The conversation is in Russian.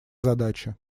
задача